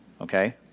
okay